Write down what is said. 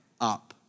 up